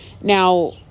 now